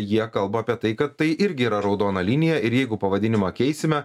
jie kalba apie tai kad tai irgi yra raudona linija ir jeigu pavadinimą keisime